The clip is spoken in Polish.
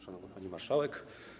Szanowna Pani Marszałek!